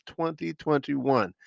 2021